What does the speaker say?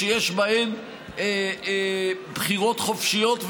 שיש בהן בחירות חופשיות,